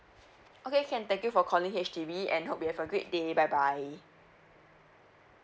okay can thank you for calling H_D_B and hope you have a great day bye bye